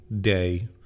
day